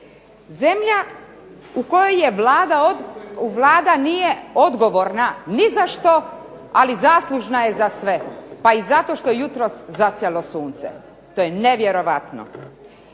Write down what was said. Zemlja u kojoj Vlada nije odgovorna ni za što, a zaslužna je za sve, pa zato što je jutros zasjalo sunce. Naime, toj